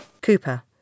COOPER